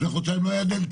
לפני חודשיים לא היה דלתא.